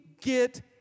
get